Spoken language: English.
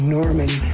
Norman